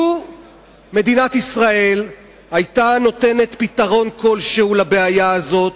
לו מדינת ישראל היתה נותנת פתרון כלשהו לבעיה הזאת,